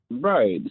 Right